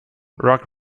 rock